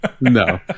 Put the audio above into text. No